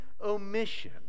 omission